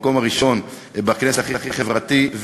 במקום הראשון בכנסת כהכי חברתי.